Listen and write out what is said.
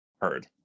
heard